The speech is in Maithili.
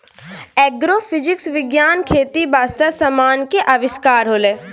एग्रोफिजिक्स विज्ञान खेती बास्ते समान के अविष्कार होलै